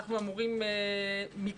אנחנו אמורים מכאן